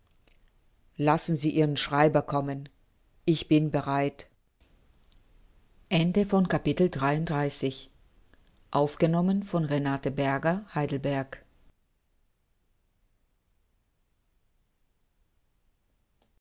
lassen sie ihren schreiber kommen ich bin bereit